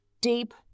deep